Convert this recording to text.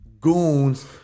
goons